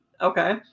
Okay